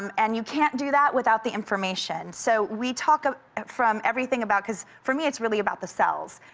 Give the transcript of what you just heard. um and you can't do that without the information so we talk ah from everything about, because for me it's really about the cells.